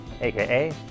AKA